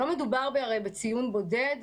הרי לא מדובר בציון בודד,